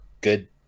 good